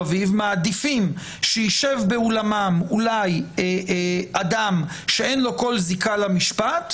אביב מעדיפים שיישב באולמם אולי אדם שאין לו כל זיקה למשפט,